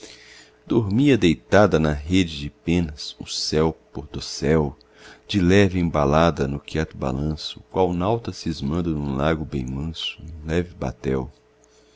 dormia deitada na rede de penas o céu por dossel de leve embalada no quieto balanço qual nauta cismando num lago bem manso num leve batel